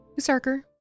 Usarker